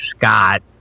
Scott